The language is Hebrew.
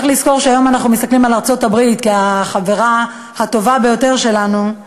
צריך לזכור שהיום אנחנו מסתכלים על ארצות-הברית כחברה הטובה ביותר שלנו,